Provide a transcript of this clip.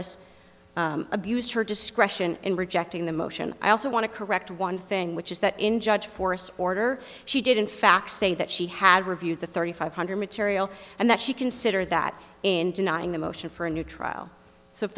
forus abused her discretion in rejecting the motion i also want to correct one thing which is that in judge for order she did in fact say that she had reviewed the thirty five hundred material and that she considered that in denying the motion for a new trial so if